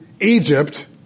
Egypt